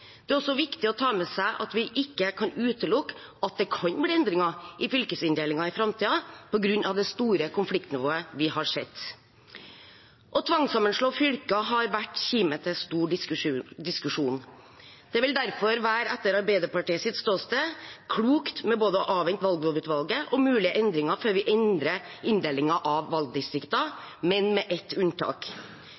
Det er også viktig å ta med seg at vi ikke kan utelukke at det kan bli endringer i fylkesinndelingen i framtiden på grunn av det store konfliktnivået vi har sett. Å tvangssammenslå fylker har vært en kime til stor diskusjon. Det vil derfor – sett fra Arbeiderpartiets ståsted – være klokt å avvente valglovutvalget om mulige endringer før vi endrer inndelingen av